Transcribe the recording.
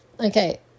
okay